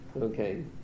Okay